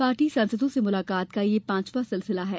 party सांसदों से मुलाकात का यह पांचवा सिलसिला है